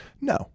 No